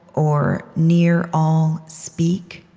or near all speak?